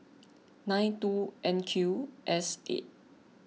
nine two N Q S eight